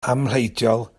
amhleidiol